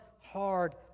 hard